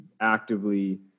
actively